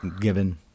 given